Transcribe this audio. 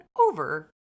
over